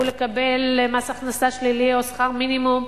לקבל מס הכנסה שלילי או שכר מינימום,